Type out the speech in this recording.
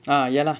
ah ya lah